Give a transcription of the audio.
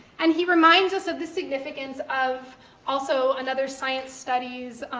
and he reminds us of the significance of also, in other science studies,